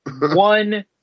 One